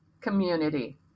community